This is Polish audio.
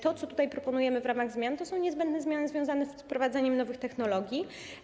To, co proponujemy w ramach zmian, to są niezbędne zmiany związane z wprowadzaniem nowych technologii.